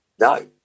No